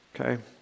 okay